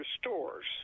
stores